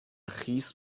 خیس